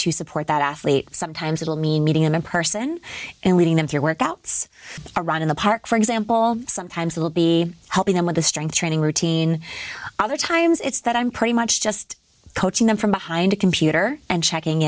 to support that athlete sometimes it will mean meeting him in person and leading them through workouts around in the park for example sometimes they will be helping them with the strength training routine other times it's that i'm pretty much just coaching them from behind a computer and checking